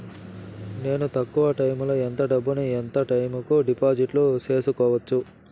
నేను తక్కువ టైములో ఎంత డబ్బును ఎంత టైము కు డిపాజిట్లు సేసుకోవచ్చు?